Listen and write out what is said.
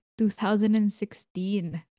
2016